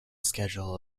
schedule